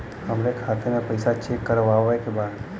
हमरे खाता मे पैसा चेक करवावे के बा?